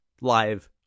live